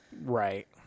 right